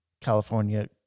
California